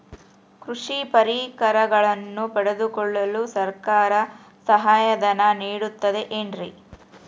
ಕೃಷಿ ಪರಿಕರಗಳನ್ನು ಪಡೆದುಕೊಳ್ಳಲು ಸರ್ಕಾರ ಸಹಾಯಧನ ನೇಡುತ್ತದೆ ಏನ್ರಿ?